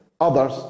others